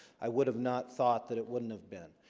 i would have not thought that it wouldn't have been